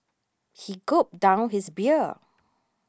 he gulped down his beer